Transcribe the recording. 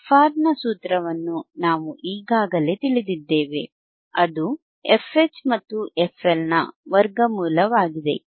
fR ನ ಸೂತ್ರವನ್ನು ನಾವು ಈಗಾಗಲೇ ತಿಳಿದಿದ್ದೇವೆ ಅದು fH ಮತ್ತು fL ನ ವರ್ಗಮೂಲವಾಗಿದೆ